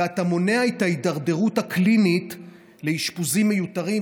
ואתה מונע את ההידרדרות הקלינית לאשפוזים מיותרים.